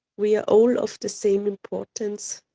we are all of the same importance.